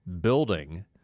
building